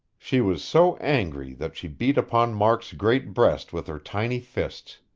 she was so angry that she beat upon mark's great breast with her tiny fists.